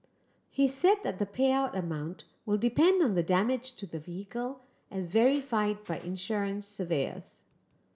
he said that the payout amount will depend on the damage to the vehicle as verified by insurance surveyors